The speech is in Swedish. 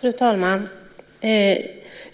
Fru talman!